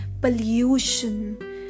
pollution